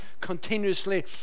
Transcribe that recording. continuously